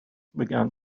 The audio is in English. began